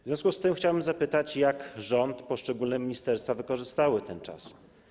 W związku z tym chciałbym zapytać, jak rząd, poszczególne ministerstwa wykorzystały ten czas.